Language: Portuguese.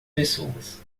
pessoas